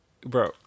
bro